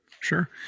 sure